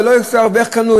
ואיך קנו,